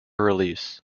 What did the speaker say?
release